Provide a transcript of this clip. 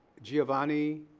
giovanni.